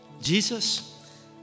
Jesus